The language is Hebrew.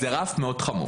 זה רף מאוד חמור,